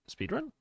Speedrun